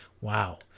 Wow